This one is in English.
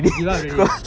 give up already